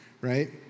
right